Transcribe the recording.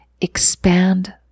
expand